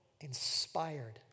inspired